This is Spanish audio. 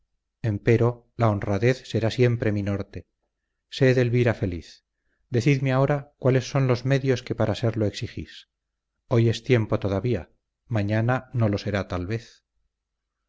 empero la honradez será siempre mi norte sed elvira feliz decidme ahora cuáles son los medios que para serlo exigís hoy es tiempo todavía mañana no lo será tal vez